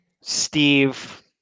Steve